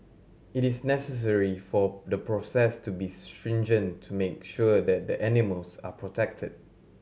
it is necessary for the process to be stringent to make sure that the animals are protected